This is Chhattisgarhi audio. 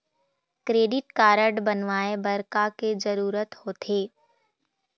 क्रेडिट कारड बनवाए बर का के जरूरत होते?